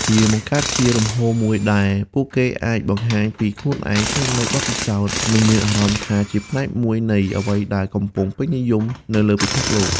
វាបង្កើតជាលំហមួយដែលពួកគេអាចបង្ហាញពីខ្លួនឯង ចែករំលែកបទពិសោធន៍ និងមានអារម្មណ៍ថាជាផ្នែកមួយនៃអ្វីដែលកំពុងពេញនិយមនៅលើពិភពលោក។